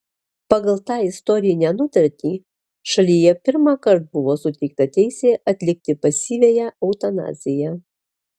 pagal tą istorinę nutartį šalyje pirmąkart buvo suteikta teisė atlikti pasyviąją eutanaziją